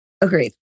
Agreed